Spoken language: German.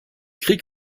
krieg